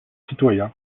citoyen